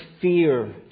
fear